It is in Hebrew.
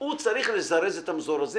הוא צריך לזרז את המזורזים,